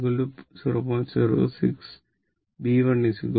08 g1 jb1 g10